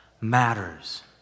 matters